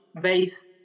base